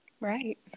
Right